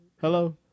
Hello